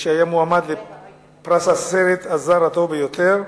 הוא היה מועמד לפרס הסרט הזר הטוב ביותר,